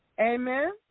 Amen